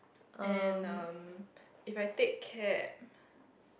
and um if I take cab